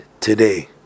today